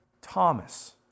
Thomas